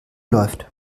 läuft